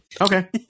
Okay